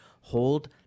Hold